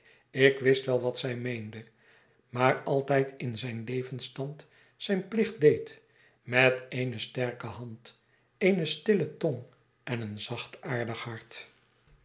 ik wist wel wat zij meende maar altijd in zijn levensstand zijn plicht deed met eene sterke hand eene stille tong en een zachtaardig hart